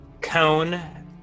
cone